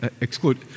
exclude